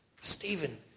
Stephen